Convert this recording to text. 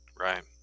Right